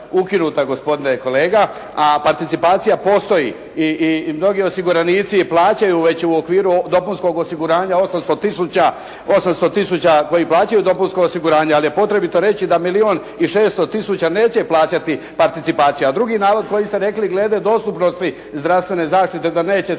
ukinuta gospodine kolega, a participacija postoji i mnogi osiguranici i plaćaju već u okviru dopunskog osiguranja 800 tisuća koji plaćaju dopunsko osiguranje ali je potrebito reći da milijun i 600 tisuća neće plaćati participaciju. A drugi navod koji ste rekli glede dostupnosti zdravstvene zaštite da neće se